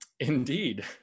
indeed